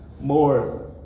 more